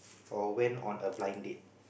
or went on a blind date